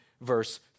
verse